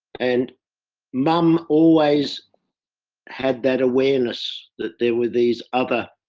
and mum always had that awareness that they were these other